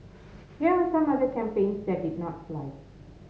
here are some other campaigns that did not fly